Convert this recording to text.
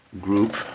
group